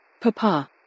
Papa